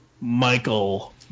Michael